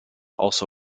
also